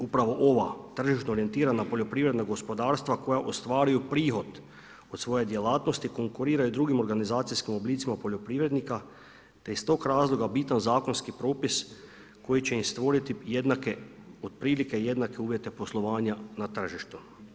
Upravo ova tržišno orijentirana OPG-a koja ostvaruju prihod od svoje djelatnosti konkuriraju drugim organizacijskim oblicima poljoprivrednika te iz tog razloga bitan zakonski propis koji će im stvoriti otprilike jednake uvjete poslovanja na tržištu.